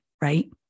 right